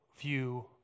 view